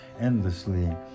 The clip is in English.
endlessly